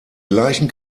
gleichen